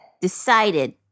Decided